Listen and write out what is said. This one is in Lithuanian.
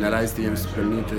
neleisti jiems pelnyti